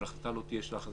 אבל ההחלטה לא תהיה שלה.